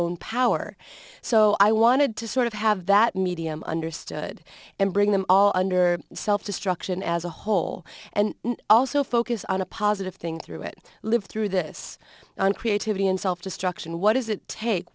own power so i wanted to sort of have that medium understood and bring them all under self destruction as a whole and also focus on a positive thing through it live through this on creativity and self destruction what does it take